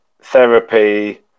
therapy